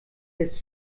des